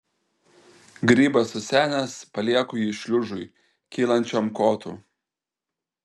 grybas susenęs palieku jį šliužui kylančiam kotu